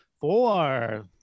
Four